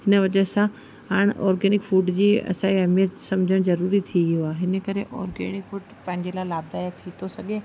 हिन वजह सां हाणे ऑर्गेनिक फ़ूड जी असां अहमियत सम्झण ज़रूरी थी वियो आहे हिन करे ऑर्गेनिक फ़ूड पंहिंजे लाइ लाभदायक थी थो सघे